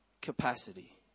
capacity